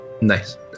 Nice